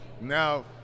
Now